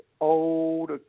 old